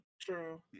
true